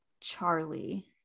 charlie